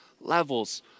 levels